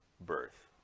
birth